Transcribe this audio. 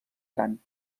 gran